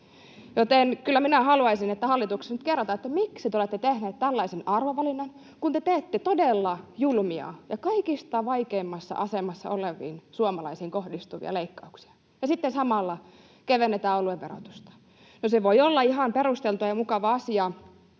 Joten kyllä minä haluaisin, että hallituksesta nyt kerrotaan, miksi te olette tehneet tällaisen arvovalinnan, kun te teette todella julmia ja kaikista vaikeimmassa asemassa oleviin suomalaisiin kohdistuvia leikkauksia ja sitten samalla kevennetään oluen verotusta. No, se voi olla ihan perusteltua ja mukava asia,